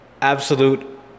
absolute